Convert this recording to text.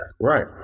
Right